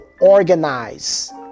organize